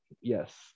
yes